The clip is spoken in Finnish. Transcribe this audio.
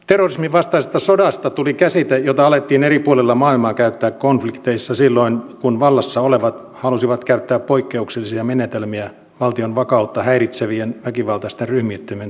terrorismin vastaisesta sodasta tuli käsite jota alettiin eri puolilla maailmaa käyttää konflikteissa silloin kun vallassa olevat halusivat käyttää poikkeuksellisia menetelmiä valtion vakautta häiritsevien väkivaltaisten ryhmittymien torjuntaan